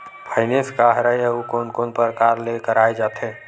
Finance का हरय आऊ कोन कोन प्रकार ले कराये जाथे?